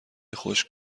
خشک